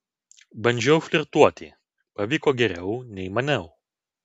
bandžiau flirtuoti pavyko geriau nei maniau